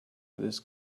this